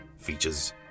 features